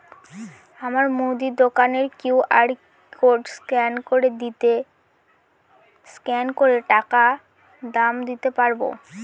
আমার মুদি দোকানের কিউ.আর কোড স্ক্যান করে টাকা দাম দিতে পারব?